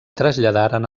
traslladaren